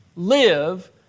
Live